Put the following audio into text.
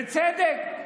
בצדק,